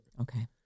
Okay